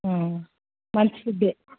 మంచి ఫుడ్డే